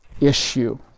issue